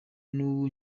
n’ubu